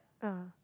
ah